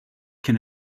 can